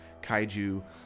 kaiju